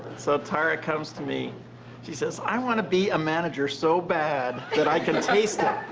so tara comes to me she says i want to be a manager so bad, that i can taste it.